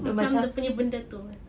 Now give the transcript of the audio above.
macam dia punya benda tu